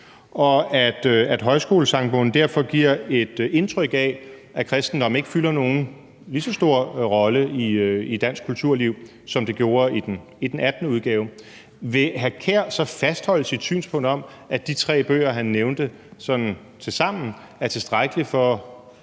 og at Højskolesangbogen derfor giver et indtryk af, at kristendommen ikke spiller nogen lige så stor rolle i dansk kulturliv, som det gjorde i den 18. udgave. Vil hr. Kasper Sand Kjær så fastholde sit synspunkt om, at de tre bøger, han nævnte, sådan tilsammen er